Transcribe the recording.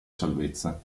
salvezza